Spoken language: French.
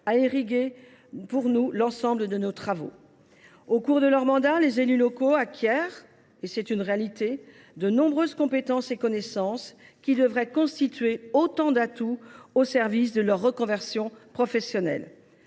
a irrigué l’ensemble de nos travaux. Au cours de leur mandat, les élus locaux acquièrent de nombreuses compétences et connaissances, qui devraient constituer autant d’atouts au service de leur reconversion professionnelle.